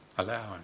Allowing